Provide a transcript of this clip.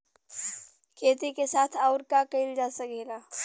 खेती के साथ अउर का कइल जा सकेला?